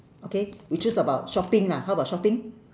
okay we choose about shopping lah how about shopping